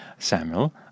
Samuel